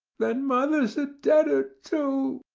then mother's a deader too,